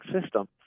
system